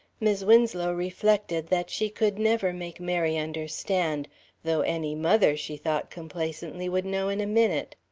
mis' winslow reflected that she could never make mary understand though any mother, she thought complacently, would know in a minute.